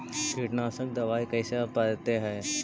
कीटनाशक दबाइ कैसे पड़तै है?